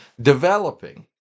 developing